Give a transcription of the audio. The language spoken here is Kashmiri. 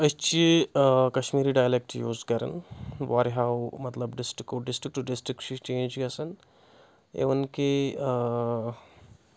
أسۍ چھِ کشمیٖری ڈایلیکٹ یوٗز کَرَان واریاہو مطلب ڈِسٹرکو ڈِسٹِرک ٹُو ڈِسٹرک چھِ چینج گژھان اِوٕن کہِ